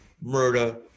murder